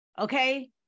okay